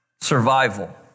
survival